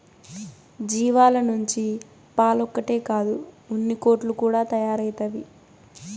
జీవాల నుంచి పాలొక్కటే కాదు ఉన్నికోట్లు కూడా తయారైతవి